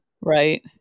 right